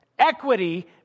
Equity